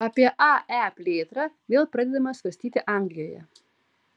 apie ae plėtrą vėl pradedama svarstyti anglijoje